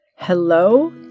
Hello